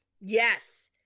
Yes